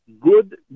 good